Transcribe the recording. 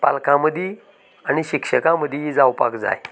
पालकां मदीं आनी शिक्षकां मदींय जावपा जाय